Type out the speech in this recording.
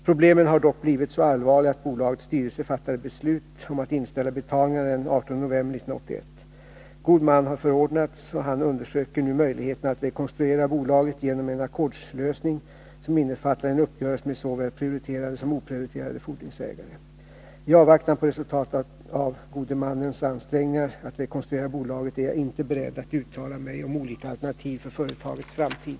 Problemen har dock blivit så allvarliga att bolagets styrelse fattade beslut om att inställa betalningarna den 18 november 1981. God man har förordnats, och han undersöker nu möjligheterna att rekonstruera bolaget genom en ackordslösning som innefattar en uppgörelse med såväl prioriterade som oprioriterade fordringsägare. I avvaktan på resultatet av gode mannens ansträngningar att rekonstruera bolaget är jag inte beredd att uttala mig om olika alternativ för företagets framtid.